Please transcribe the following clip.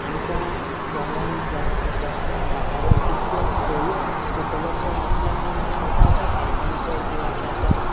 आमच्यो गोंयांत जावं आमच्या वाठारांत तितक्यो सोयो उपलब्ध नासल्या कारणान त्या त्या पालकांचो किंवा त्या त्या